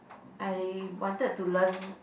I wanted to learn